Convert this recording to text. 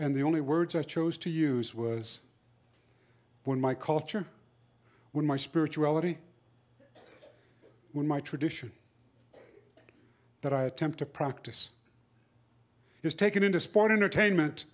and the only words i chose to use was in my culture with my spirituality when my tradition that i attempt to practice is taken into sport entertainment